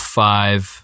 five